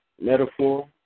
metaphor